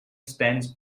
stands